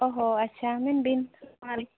ᱚ ᱦᱚ ᱟᱪᱪᱷᱟ ᱢᱮᱱᱵᱤᱱ ᱟᱨ